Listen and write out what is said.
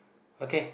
okay